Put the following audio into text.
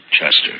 Chester